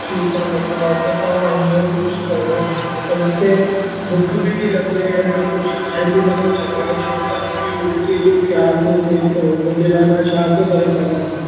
ठीकु आहे डॉक्टर साहिबु त तव्हां हीअं कुझु कयो त मूंखे भुख बि ती लॻे ऐं मां कुझु खाई बि नथो सघां छो त मूंखे उल्टीअ जो ख़्याल थो थिए त हुनजे लाइ मां छा थो करे सघां